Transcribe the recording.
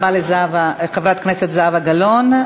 תודה רבה לחברת הכנסת זהבה גלאון.